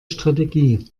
strategie